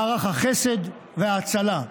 מערך החסד וההצלה.